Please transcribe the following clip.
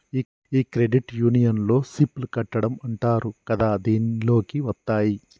ఈ క్రెడిట్ యూనియన్లో సిప్ లు కట్టడం అంటారు కదా దీనిలోకి వత్తాయి